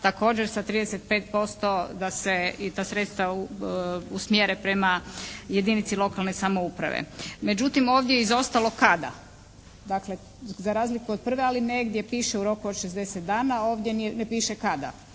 također sa 35% da se i ta sredstva usmjere prema jedinici lokalne samouprave. Međutim ovdje je izostalo kada? Dakle za razliku od 1. alineje gdje piše "u roku od 60 dana" ovdje ne piše kada